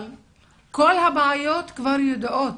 אבל כל הבעיות כבר ידועות.